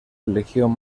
religión